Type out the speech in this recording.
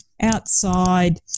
Outside